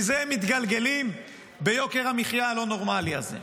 מזה הם מתגלגלים ביוקר המחיה הלא-נורמלי הזה.